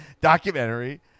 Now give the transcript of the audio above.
documentary